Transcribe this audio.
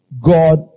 God